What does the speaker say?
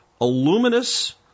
aluminous